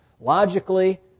logically